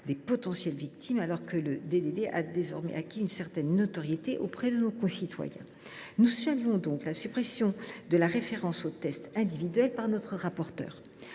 des potentielles victimes, alors que celui ci a désormais acquis une certaine notoriété auprès de nos concitoyens. Nous saluons donc la suppression de la référence aux tests individuels par notre rapporteur.